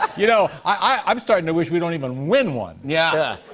you know, i am starting to wish we don't even win one. yeah. yeah.